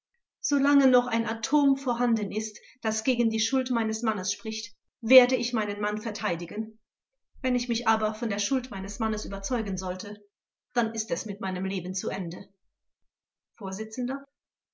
noch ein atom vorhanden ist das gegen die schuld meines mannes spricht werde ich meinen mann verteidigen wenn ich mich aber von der schuld meines mannes überzeugen sollte dann ist es mit meinem leben zu ende